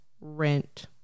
Rent